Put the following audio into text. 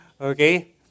Okay